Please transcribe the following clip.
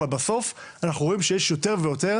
אבל בסוף אנחנו רואים שיש יותר ויותר